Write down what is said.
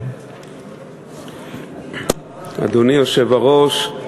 אדוני היושב-ראש,